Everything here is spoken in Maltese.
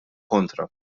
kontra